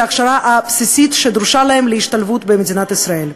ההכשרה הבסיסית שדרושה להם להשתלבות במדינת ישראל.